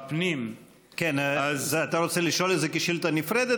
אתה רוצה לשאול את זה כשאילתה נפרדת,